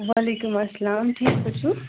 وعلیکُم اسلام ٹھیٖک پٲٹھۍ چھُو